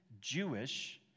Jewish